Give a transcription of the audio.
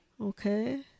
Okay